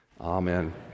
Amen